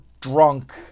drunk